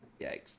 Yikes